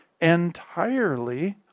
entirely